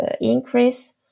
increase